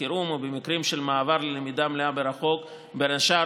חירום או במקרים של מעבר ללמידה מלאה מרחוק בין השאר